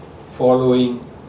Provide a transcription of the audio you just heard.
following